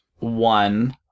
One